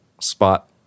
spot